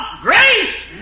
grace